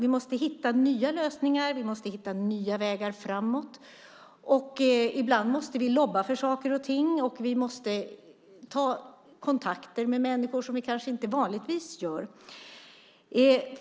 Vi måste hitta nya lösningar och nya vägar framåt. Ibland måste vi lobba för saker och ting och ta kontakt med människor som vi kanske inte vanligtvis tar kontakt med.